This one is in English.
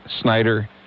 Snyder